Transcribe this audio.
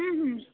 हूँ हूँ